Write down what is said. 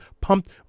pumped